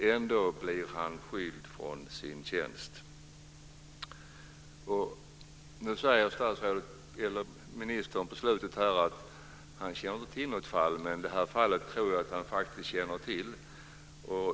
Ändå blir han skild från sin tjänst. Nu säger ministern på slutet att han inte känner till något fall. Men det här fallet tror jag faktiskt att han känner till.